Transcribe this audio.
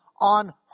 on